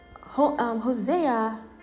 Hosea